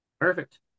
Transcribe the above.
Perfect